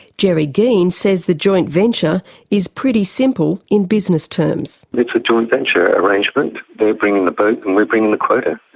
gerry geen says the joint venture is pretty simple in business terms. it's a joint venture arrangement. they're bringing the boat and we're bringing the quota.